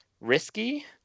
risky